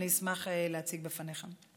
אני אשמח להציג בפניך.